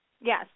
Yes